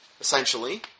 essentially